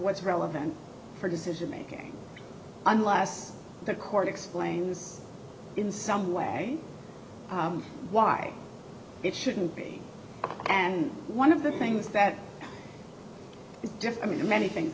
what's relevant for decision making unless the court explains in some way why it shouldn't be and one of the things that defy me many things